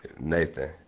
Nathan